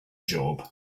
job